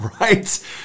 right